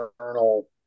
journal